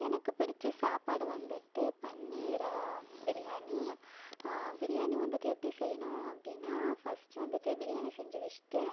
எனக்கு பிடிச்ச சாப்பாடு வந்துட்டு பன்னீர் பிரியாணி பிரியாணி வந்துட்டு எப்படி செய்யணும் அப்படின்னா ஃபஸ்ட்டு வந்துட்டு பிரியாணி செஞ்சு வச்சுட்டு